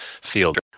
field